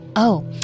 Oh